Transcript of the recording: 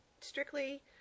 strictly